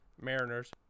Mariners